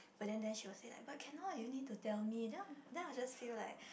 but then then she will say like but cannot you need to tell me then then I'll just feel like